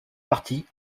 partie